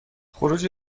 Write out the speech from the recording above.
خروج